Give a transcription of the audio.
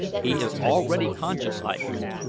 he is already conscious, i hear.